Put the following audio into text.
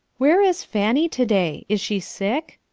where is fanny to-day? is she sick?